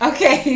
Okay